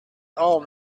all